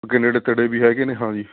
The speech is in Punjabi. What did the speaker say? ਅੱਗੇ ਨੇੜੇ ਤੇੜੇ ਵੀ ਹੈਗੇ ਨੇ ਹਾਂ ਜੀ